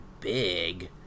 big